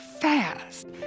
fast